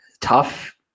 tough